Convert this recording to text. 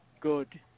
good